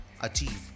achieve